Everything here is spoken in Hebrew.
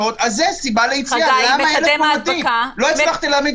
חשבנו שאין